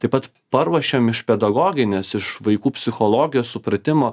taip pat paruošiam iš pedagoginės iš vaikų psichologijos supratimo